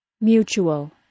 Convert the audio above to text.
mutual